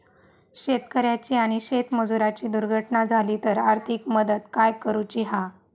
शेतकऱ्याची आणि शेतमजुराची दुर्घटना झाली तर आर्थिक मदत काय करूची हा?